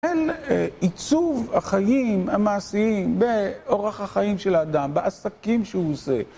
אין... עיצוב החיים המעשיים, באורח החיים של האדם, בעסקים שהוא עושה.